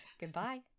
Goodbye